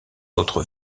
autre